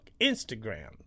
Instagram